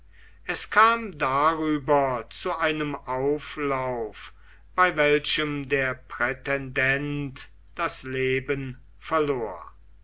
es kam darüber zu einem auflauf bei welchem der prätendent das leben verlor